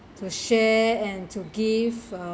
to share and to give